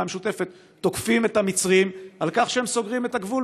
המשותפת תוקפים את המצרים על כך שהם סוגרים את הגבול,